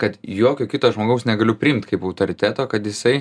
kad jokio kito žmogaus negaliu priimt kaip autoriteto kad jisai